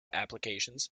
applications